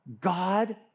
God